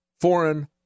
foreign